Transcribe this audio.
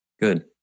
Good